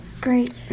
great